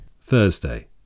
Thursday